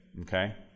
Okay